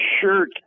shirt